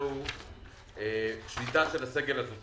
בשבוע שעבר היה נראה כאילו הם הולכים